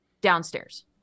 downstairs